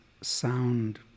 sound